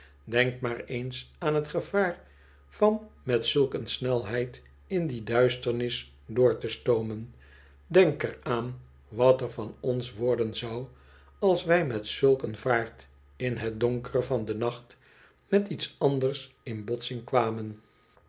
denk maar eens aan het gevaar van met zulk een snelheid in die duisternis door te stoomen denk er aan wat er van ons worden zou als wij met zulk een vaart in het donkere van den nacht met iets anders in botsing kwamen